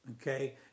Okay